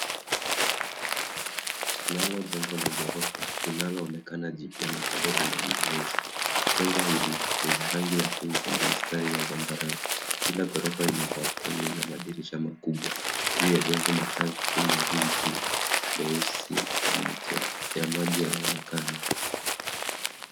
Tunalo jengo la ghorofa linaloonekana jipya na bado linaendelezwa. Jengo hili lina rangi ya pinki na mistari ya zambarau. Kila ghorofa ina balkoni na madirisha makubwa. Juu ya jengo matanki mawili meusi ya maji yanaonekana.